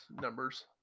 numbers